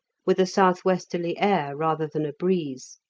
with a south-westerly air rather than a breeze.